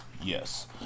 yes